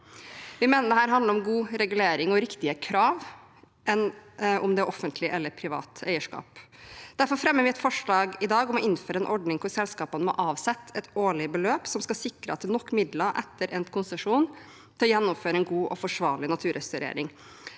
Vi mener dette handler mer om god regulering og riktige krav enn om hvorvidt det er offentlig eller privat eierskap. Derfor fremmer vi i dag et forslag om å innføre en ordning hvor selskapene må avsette et årlig beløp som skal sikre at det er nok midler etter endt konsesjon til å gjennomføre en god og forsvarlig naturrestaurering.